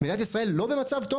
מדינת ישראל לא במצב טוב.